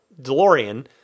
delorean